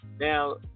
Now